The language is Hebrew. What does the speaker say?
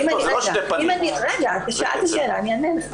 זה לא ש- -- רגע, שאלת שאלה, אני אענה לך.